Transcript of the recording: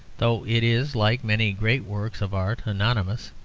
though it is, like many great works of art, anonymous.